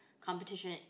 competition